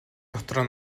дотор